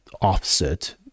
offset